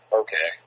okay